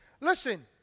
Listen